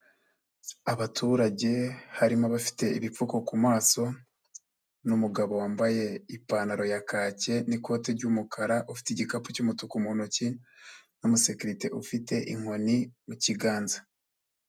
Abaturage harimo abafite ibipfuko ku maso, n'umugabo wambaye ipantaro ya kake n'ikoti ry'umukara ufite igikapu cy'umutuku mu ntoki, n'umusekerite ufite inkoni mu kiganza.